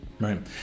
Right